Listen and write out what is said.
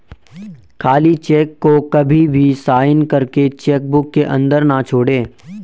खाली चेक को कभी भी साइन करके चेक बुक के अंदर न छोड़े